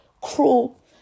cruel